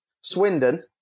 Swindon